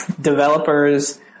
developers